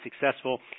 successful